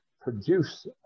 produce